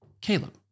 Caleb